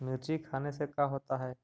मिर्ची खाने से का होता है?